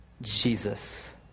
Jesus